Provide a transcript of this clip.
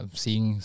seeing